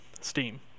Steam